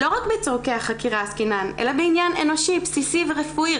לא רק בצרכי החקירה עסקינן אלא בעניין אנושי בסיסי ורפואי,